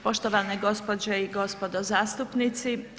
Poštovane gospođe i gospodo zastupnici.